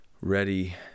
ready